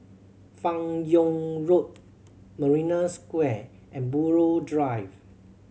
Fan Yoong Road Marina Square and Buroh Drive